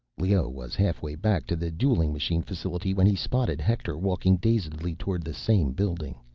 leoh was halfway back to the dueling machine facility when he spotted hector walking dazedly toward the same building.